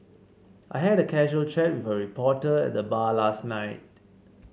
I had a casual chat with a reporter at the bar last night